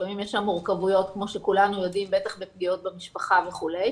לפעמים יש שם מורכבויות כמו שכולנו יודעים בטח בפגיעות במשפחה וכולי,